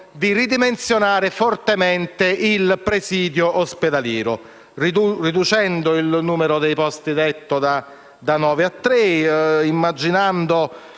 di ridimensionare fortemente il presidio ospedaliero, riducendo il numero dei posti letto da nove a tre, immaginando